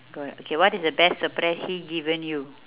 gold okay what is the best surprise he given you